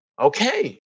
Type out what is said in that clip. Okay